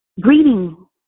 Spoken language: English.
greeting